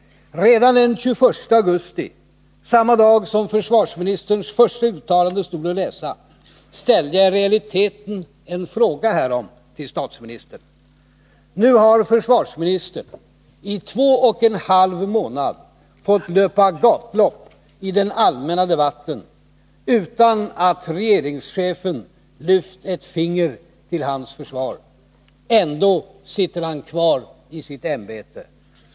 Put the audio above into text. Redan den 21 augusti, samma dag som försvarsministerns första uttalande stod att läsa, ställde jag i realiteten en fråga härom till statsministern. Nu har försvarsministern i två och en halv månad fått löpa gatlopp i den allmänna debatten, utan att regeringschefen lyft ett finger till hans försvar. Ändå sitter han kvar i sitt ämbete.